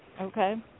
okay